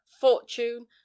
fortune